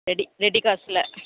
ready ready காசில்